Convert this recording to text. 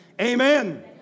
amen